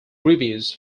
reviews